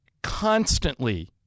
constantly